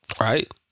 Right